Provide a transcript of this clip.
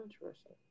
Interesting